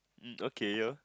mm okay (yo)